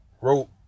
wrote